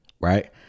Right